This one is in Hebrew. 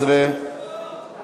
יחיאל חיליק בר,